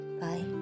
Bye